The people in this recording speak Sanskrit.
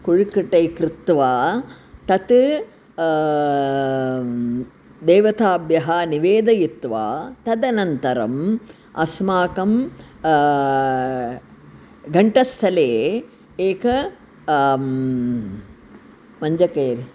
कुळ्कटै कृत्वा तत् देवताभ्यः निवेदयित्वा तदनन्तरम् अस्माकं गण्डस्थले एक पंजकेरि